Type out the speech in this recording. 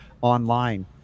online